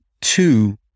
two